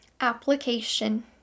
Application